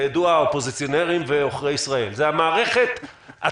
היתרון היחיד של הצבא הוא שהוא את המערכים האלה בונה,